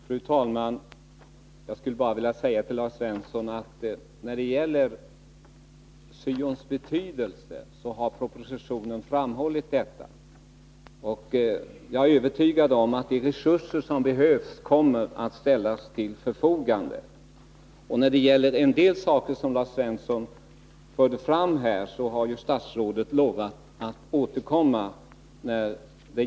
Fru talman! Jag skulle bara vilja säga till Lars Svensson, att när det gäller syons betydelse så har propositionen framhållit denna. Och jag är övertygad om att de resurser som behövs kommer att ställas till förfogande. När det gäller en del saker som Lars Svensson förde fram här har ju statsrådet lovat att återkomma.